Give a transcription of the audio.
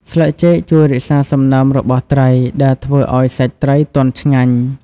ស្លឹកចេកជួយរក្សាសំណើមរបស់ត្រី ដែលធ្វើឲ្យសាច់ត្រីទន់ឆ្ងាញ់។